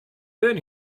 been